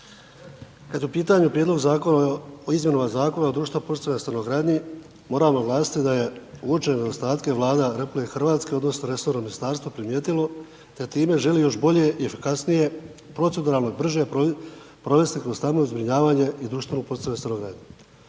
Zakona o izmjenama zakona o društva poticanoj stanogradnji, moram naglasiti da je uočila nedostatke Vlada Republike Hrvatske, odnosno, resorno ministarstvo primijetilo te time želi još bolje, efikasnije, …/Govornik se ne razumije./… i brže provesti konstanto zbrinjavanje i društveno poticaju stanogradnju.